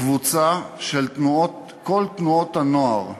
קבוצה של כל תנועות הנוער בישראל,